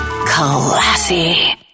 Classy